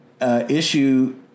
issue